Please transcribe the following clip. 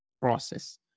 process